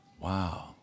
Wow